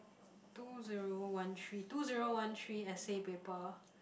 two zero one three two zero one three essay paper